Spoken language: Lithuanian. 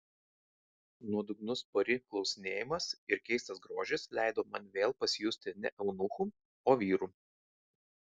nuodugnus pari klausinėjimas ir keistas grožis leido man vėl pasijusti ne eunuchu o vyru